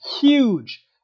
huge